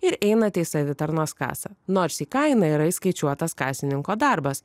ir einate į savitarnos kasą nors į kainą yra įskaičiuotas kasininko darbas